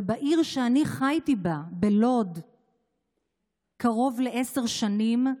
בלוד, בעיר שאני חייתי בה קרוב לעשר שנים,